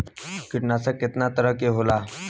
कीटनाशक केतना तरह के होला?